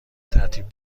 ترتیب